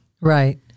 Right